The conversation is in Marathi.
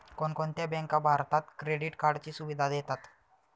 कोणकोणत्या बँका भारतात क्रेडिट कार्डची सुविधा देतात?